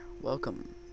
welcome